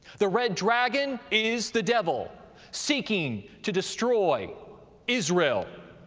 the red dragon is the devil seeking to destroy israel.